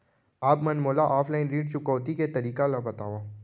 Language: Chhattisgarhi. आप मन मोला ऑफलाइन ऋण चुकौती के तरीका ल बतावव?